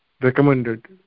recommended